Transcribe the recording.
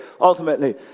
ultimately